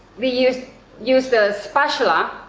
we use use the spatula